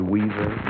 Weaver